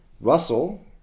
Russell